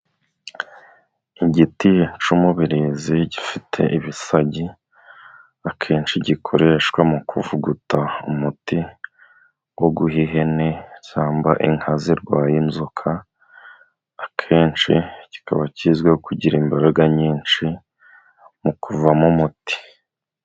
Igiti cy'umubirizi gifite ibisagi akenshi gikoreshwa mu kuvuguta umuti wo guha ihene cyangwa inka zirwaye inzoka, akenshi kikaba kizwiho kugira imbaraga nyinshi mukuvamo umuti.